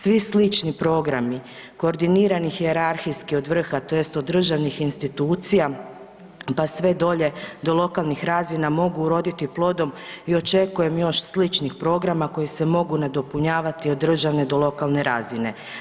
Svi slični programi koordinira hijerarhijski od vrha tj. od državnih institucija, pa sve dolje do lokalnih razina mogu uroditi plodom i očekujem još sličnih programa koji se mogu nadopunjavati od državne do lokalne razine.